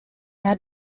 had